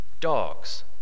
dogs